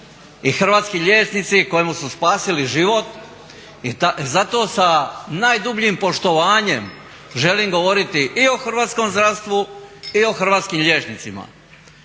i hrvatski liječnici kojemu su spasili život. Zato sa najdubljim poštovanjem želim govoriti i o hrvatskom zdravstvu i o hrvatskim liječnicima.